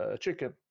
chicken